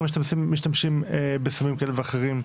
כבר משתמשים בסמים כאלה ואחרים.